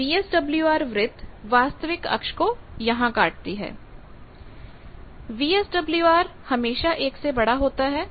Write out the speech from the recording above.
तो वीएसडब्ल्यूआर वृत्त वास्तविक अक्ष को यहां काटती है वीएसडब्ल्यूआर हमेशा 1 से बड़ा होता है